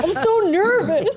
so nervous.